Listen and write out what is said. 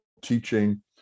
teaching